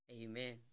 Amen